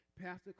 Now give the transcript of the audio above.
pastor